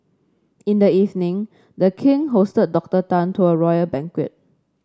in the evening the king hosted Doctor Tan to a royal banquet